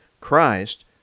Christ